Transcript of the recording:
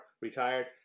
retired